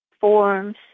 forms